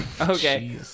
Okay